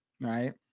right